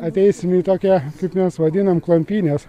ateisim į tokią kaip mes vadinam klampynės